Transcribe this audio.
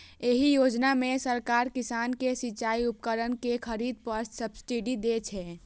एहि योजना मे सरकार किसान कें सिचाइ उपकरण के खरीद पर सब्सिडी दै छै